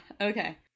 Okay